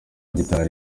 gitari